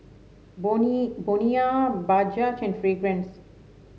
Bonia Bajaj and Fragrance